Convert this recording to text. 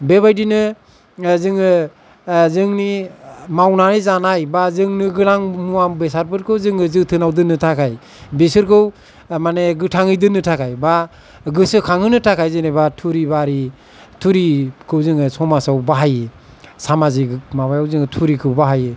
बेबायदिनो जोङो जोंनि मावनानै जानाय बा जोंनो गोनां मुवा बेसादफोरखौ जोङो जोथोनाव दोननो थाखाय बिसोरखौ माने गोथाङै दोननो थाखाय बा गोसोखांहोनो थाखाय जेनेबा थुरिबारि थुरिखौ जोङो समाजाव बाहायो सामाजिक माबायाव जोङो थुरिखौ बाहायो